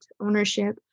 ownership